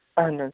اَہَن حظ